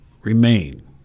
remain